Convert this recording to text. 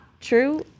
True